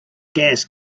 gas